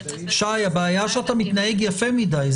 שי בעיה שאתה מתנהג יפה מדי,